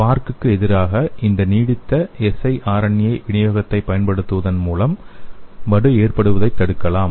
SPARC க்கு எதிராக இந்த நீடித்த siRNA விநியோகத்தைப் பயன்படுத்துவதன் மூலம் வடு ஏற்படுவதைத் தடுக்கலாம்